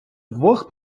двох